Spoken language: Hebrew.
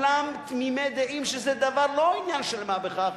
וכולם תמימי דעים שזה לא עניין של מה בכך,